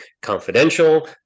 confidential